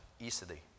easily